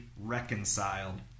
reconciled